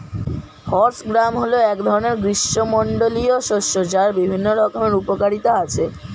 horse gram হল এক ধরনের গ্রীষ্মমণ্ডলীয় শস্য যার বিভিন্ন রকমের উপকারিতা আছে